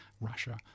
Russia